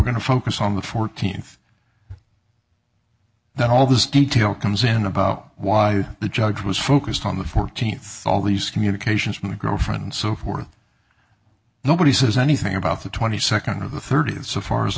going to focus on the fourteenth that all this detail comes in about why the judge was focused on the fourteenth all these communications with a girlfriend and so forth nobody says anything about the twenty second of the thirty and so far as